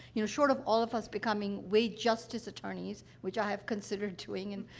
you know, short of all of us becoming wage justice attorneys, which i have considered doing and